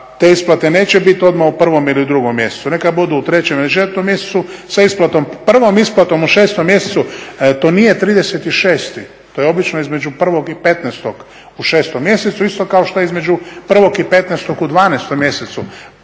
te isplate neće biti odmah u prvom ili u drugom mjesecu. Neka budu u trećem ili četvrtom mjesecu sa isplatom, prvom isplatom u šestom mjesecu. To nije 30.6. To je obično između prvog i 15 u šestom mjesecu isto kao što je između 1. i 15. u 12 mjesecu.